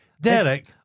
Derek